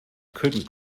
couldn’t